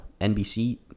NBC